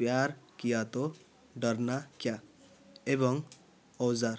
ପ୍ୟାର କିିଆ ତୋ ଡ଼ର୍ନା କିଆ ଏବଂ ଓଜାର୍